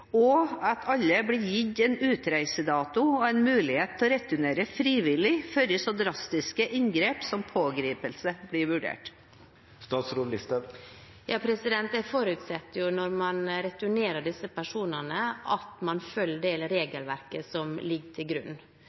og at alle blir gitt en utreisedato og en mulighet til å returnere frivillig før så drastiske inngrep som pågripelse blir vurdert. Jeg forutsetter, når man returnerer disse personene, at man følger det regelverket som ligger til grunn.